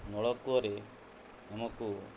ନଳକୂଅରେ ଆମକୁ